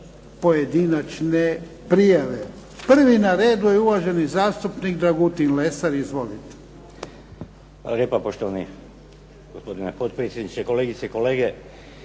pojedinačne prijave. Prvi na redu je uvaženi zastupnik Dragutin Lesar. Izvolite. **Lesar, Dragutin (Nezavisni)** Hvala lijepa poštovani gospodine potpredsjedniče, kolegice i kolege.